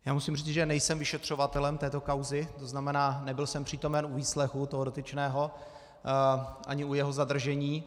Já musím říct, že nejsem vyšetřovatelem této kauzy, tzn. nebyl jsem přítomen u výslechu toho dotyčného ani u jeho zadržení.